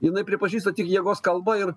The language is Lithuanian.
jinai pripažįsta tik jėgos kalbą ir